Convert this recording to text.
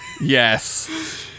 yes